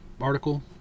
article